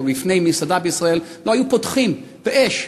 או לפני מסעדה בישראל, לא היו פותחים באש?